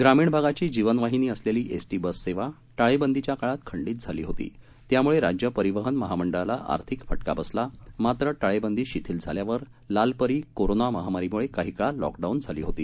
ग्रामीणभागाचीजीवनवाहिनीअसलेलीएसटी बससेवा टाळेबंदीच्या काळात खंडीत झाली होती त्यामुळे राज्यपरिवहनमहामंडळाला आर्थिक फटका बसला मात्र टाळेबंदी शिथिल झाल्यावर लालपरीकोरोनामहामारीम्ळेकाहीकाळलॉकडाऊनझालीहोती